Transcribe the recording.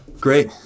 Great